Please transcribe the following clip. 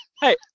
Hey